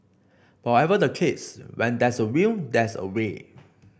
but whatever the case when there's a will there's a way